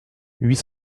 huit